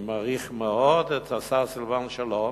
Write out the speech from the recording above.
אני מעריך מאוד את השר סילבן שלום,